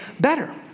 better